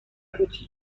قوطی